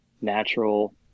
natural